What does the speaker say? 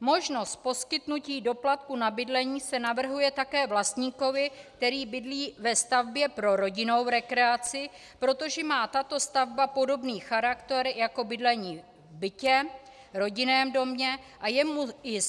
Možnost poskytnutí doplatku na bydlení se navrhuje také vlastníkovi, který bydlí ve stavbě pro rodinnou rekreaci, protože má tato stavba podobný charakter jako bydlení v bytě, rodinném domě a je mu i